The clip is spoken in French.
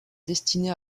destinée